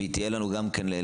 והיא תהיה לנו גם לעזר.